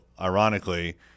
ironically